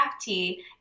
tea